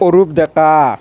Arup Deka